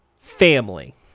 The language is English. Family